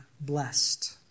blessed